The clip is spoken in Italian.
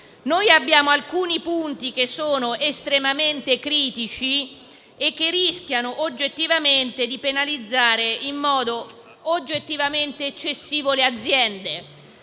Vi sono alcuni punti che sono estremamente critici e che rischiano di penalizzare in modo oggettivamente eccessivo le aziende.